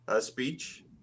speech